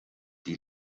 die